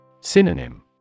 Synonym